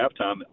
halftime